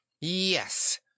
Yes